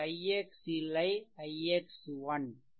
இது ix இல்லை அது ix '